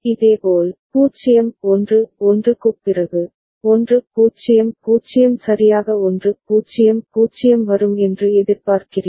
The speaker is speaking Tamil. இதேபோல் 0 1 1 க்குப் பிறகு 1 0 0 சரியாக 1 0 0 வரும் என்று எதிர்பார்க்கிறீர்கள்